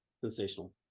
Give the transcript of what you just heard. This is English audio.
sensational